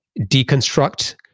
deconstruct